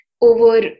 over